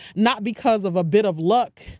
not because of a bit of luck.